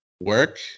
work